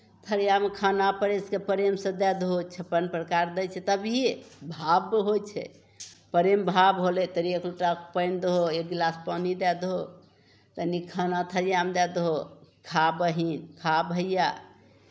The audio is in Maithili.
थरियामे खाना परसि कऽ प्रेमसँ दए दहौ छप्पन प्रकार दै छै तभिए भाव होइ छै प्रेम भाव होलै तनि एक लोटा पानि दहौ एक गिलास पानि दए दहौ तनि खाना थरियामे दए दहौ खा बहीन खा भैया